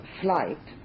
flight